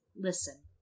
Listen